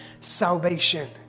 salvation